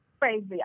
Crazy